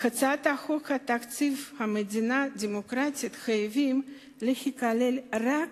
בהצעת חוק התקציב במדינה דמוקרטית חייבים להיכלל רק